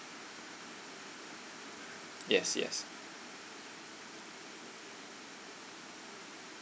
yes yes